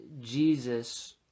Jesus